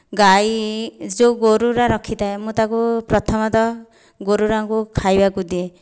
ଗାଈ ଯେଉଁ ଗୋରୁଗୁଡ଼ା ରଖିଥାଏ ମୁଁ ତାକୁ ପ୍ରଥମତଃ ଗୋରୁଗୁଡ଼ାଙ୍କୁ ଖାଇବାକୁ ଦିଏ